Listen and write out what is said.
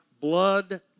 blood